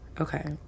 Okay